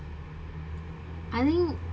I think